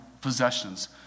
possessions